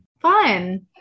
Fun